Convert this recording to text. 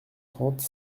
trente